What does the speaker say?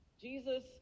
Jesus